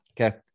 Okay